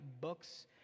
books